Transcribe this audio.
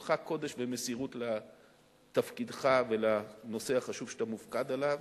כולך קודש ומסירות לתפקידך ולנושא החשוב שאתה מופקד עליו.